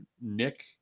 Nick